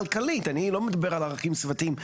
אני לא מדבר על ערכים סביבתיים,